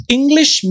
English